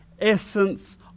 essence